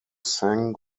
sen